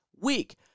week